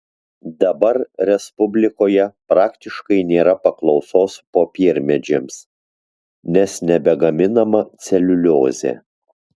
dabar respublikoje praktiškai nėra paklausos popiermedžiams nes nebegaminama celiuliozė